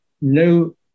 no